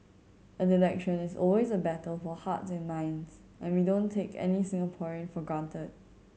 an election is always a battle for hearts and minds and we don't take any Singaporean for granted